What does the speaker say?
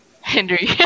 Henry